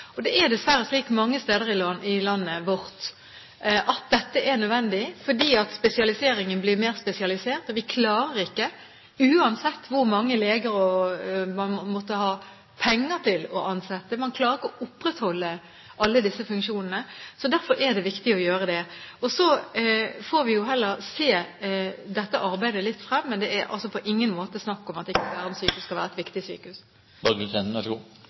Det er dessverre slik mange steder i landet vårt at dette er nødvendig, fordi spesialiseringen blir mer spesialisert, og vi klarer ikke, uansett hvor mange leger man måtte ha penger til å ansette, å opprettholde alle disse funksjonene. Derfor er det viktig å gjøre det. Så får vi jo heller se dette arbeidet litt an fremover, men det er på ingen måte snakk om at ikke Bærum sykehus skal være et viktig sykehus.